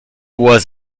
was